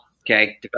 Okay